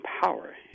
power